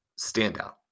standout